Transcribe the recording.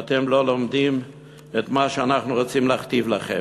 ואתם לא לומדים את מה שאנחנו רוצים להכתיב לכם.